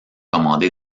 commander